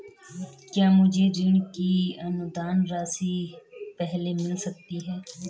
क्या मुझे ऋण की अनुदान राशि पहले मिल सकती है?